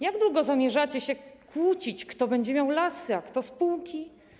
Jak długo zamierzacie się kłócić, kto będzie miał lasy, a kto spółki?